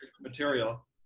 material